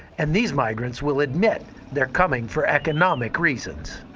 and these migrants will admit they are coming for economic reasons.